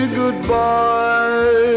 goodbye